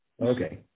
Okay